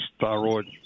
thyroid